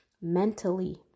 mentally